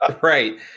right